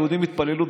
היהודים התפללו,